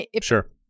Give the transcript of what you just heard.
Sure